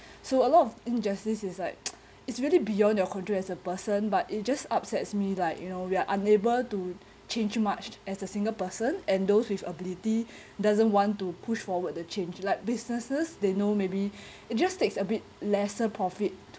so a lot of injustice is like it's really beyond your control as a person but it just upsets me like you know we are unable to change much as a single person and those with ability doesn't want to push forward the change like businesses they know maybe it just takes a bit lesser profit